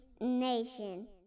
nation